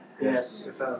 Yes